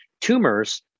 Tumors